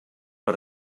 per